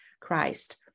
Christ